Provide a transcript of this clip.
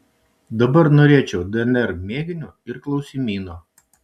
dabar norėčiau dnr mėginio ir klausimyno